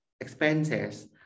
expenses